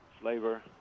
flavor